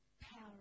power